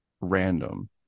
random